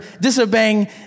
disobeying